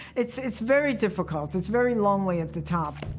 it's it's very difficult, it's very lonely at the top,